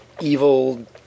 evil